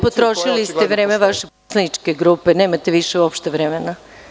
Potrošili ste vreme vaše poslaničke grupe, nemate više uopšte vremena.